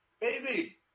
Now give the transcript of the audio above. baby